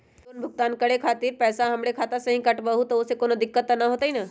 Loan भुगतान करे के खातिर पैसा हमर खाता में से ही काटबहु त ओसे कौनो दिक्कत त न होई न?